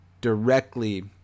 directly